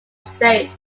states